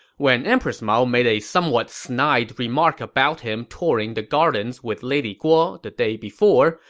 when empress mao made a somewhat snide remark about him touring the gardens with lady guo the day before,